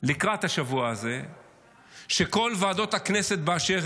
לקראת השבוע הזה שכל ועדות הכנסת באשר